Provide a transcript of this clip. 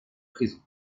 prison